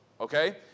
Okay